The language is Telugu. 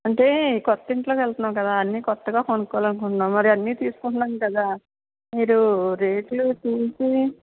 అంటే కొత్త ఇంట్లోకి వెళ్తున్నాం కదా అన్ని కొత్తగా కొనుకోవాలి అనుకుంటున్నాం మరి అన్ని తీసుకుంటున్నాం కదా మీరు రెట్లు చూసి